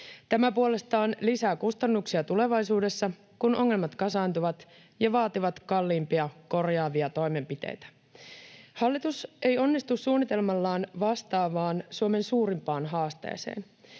Tämä puolestaan lisää kustannuksia tulevaisuudessa, kun ongelmat kasaantuvat ja vaativat kalliimpia, korjaavia toimenpiteitä. Hallitus ei onnistu suunnitelmallaan vastaamaan Suomen suurimpaan haasteeseen.